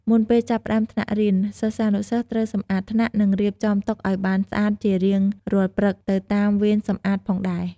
មុនពេលចាប់ផ្ដើមថ្នាក់រៀន សិស្សានុសិស្សត្រូវសម្អាតថ្នាក់ និងរៀបចំតុឱ្យបានស្អាតជារៀងរាល់ព្រឹកទៅតាមវេនសម្អាតផងដែរ។